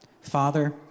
Father